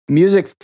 music